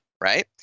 right